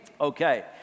Okay